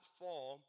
fall